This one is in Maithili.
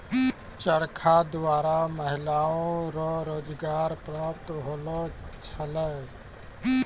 चरखा द्वारा महिलाओ रो रोजगार प्रप्त होलौ छलै